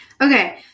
Okay